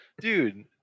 Dude